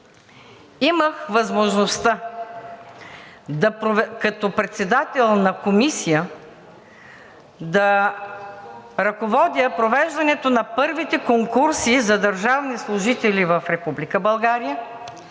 имах възможността като председател на комисия да ръководя провеждането на първите конкурси за държавни служители в